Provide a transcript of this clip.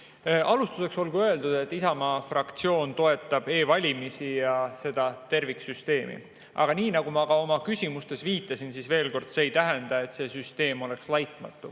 Alustuseks olgu öeldud, et Isamaa fraktsioon toetab e‑valimisi ja seda terviksüsteemi, aga nii nagu ma ka oma küsimustes viitasin, see ei tähenda, et süsteem oleks laitmatu